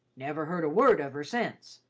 never heard a word of her since,